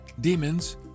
demons